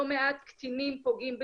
לא מעט קטינים פוגעים בקטינים,